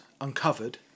uncovered